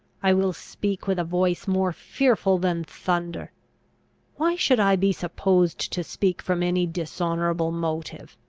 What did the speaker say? i will speak with a voice more fearful than thunder why should i be supposed to speak from any dishonourable motive?